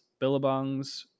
billabongs